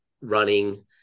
running